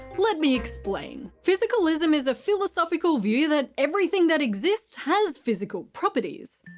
let me explain. physicalism is a philosophical view that everything that exists has physical properties.